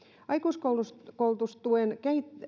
aikuiskoulutustuen